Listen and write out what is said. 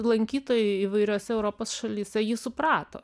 lankytojai įvairiose europos šalyse jį suprato